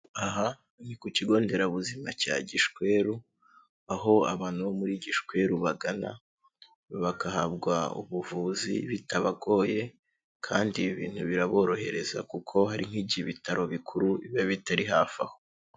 Aha ni ku kigo nderabuzima cya Gishweru aho abantu bo muri Gishweru bagana, bagahabwa ubuvuzi bitabagoye kandi ibintu biraborohereza kuko hari nk'igihe ibitaro bikuru biba bitari hafi aho.